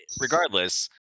regardless